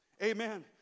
Amen